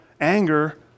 anger